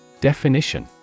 Definition